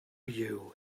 you